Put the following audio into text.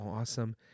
awesome